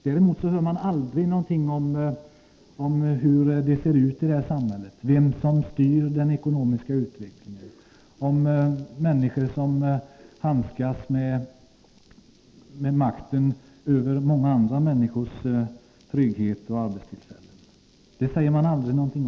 Man talar däremot aldrig om hur det ser ut i samhället, om vem som styr den ekonomiska utvecklingen eller om dem som handskas med makten över många andra människors trygghet och arbetstillfällen.